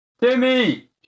Timmy